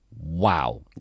wow